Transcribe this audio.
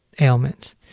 ailments